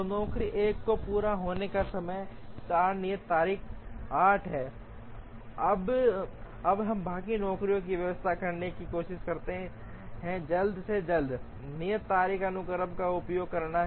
तो नौकरी 1 पूरा होने का समय 4 नियत तारीख 8 है अब हम बाकी नौकरियों की व्यवस्था करने की कोशिश करते हैं जल्द से जल्द नियत तारीख अनुक्रम का उपयोग करना